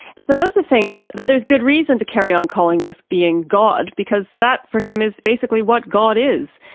spinoza thinks that there's good reason to carry on calling this being god, because that for him, is basically what god is.